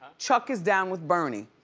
chuck is down with bernie.